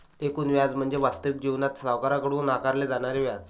एकूण व्याज म्हणजे वास्तविक जीवनात सावकाराकडून आकारले जाणारे व्याज